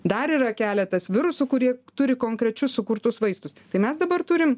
dar yra keletas virusų kurie turi konkrečius sukurtus vaistus tai mes dabar turim